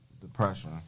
depression